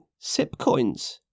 Sipcoins